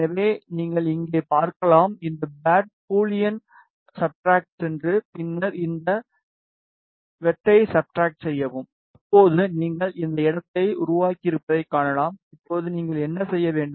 எனவே நீங்கள் இங்கே பார்க்கலாம் இந்த பேட் பூலியன் சப்ராக்ட்க்கு சென்று பின்னர் இந்த வெட்டைக் சப்ராக்ட் செய்யவும் இப்போது நீங்கள் இந்த இடத்தை உருவாக்கியிருப்பதைக் காணலாம் இப்போது நீங்கள் என்ன செய்ய வேண்டும்